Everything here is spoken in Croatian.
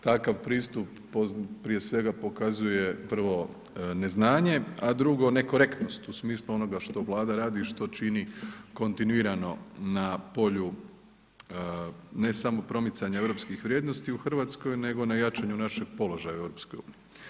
Takav pristup prije svega pokazuje prvo neznanje, a drugo nekorektnost u smislu onoga što Vlada radi i što čini kontinuirano na polju ne samo promicanja europskih vrijednosti u Hrvatskoj nego na jačanju našeg položaja u EU.